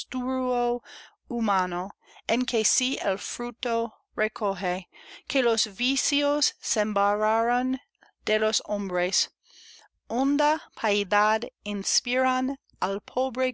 humano que en si el fruto recoje que los vicios sembraron de los hombres honda piedad inspiran